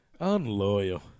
Unloyal